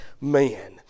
man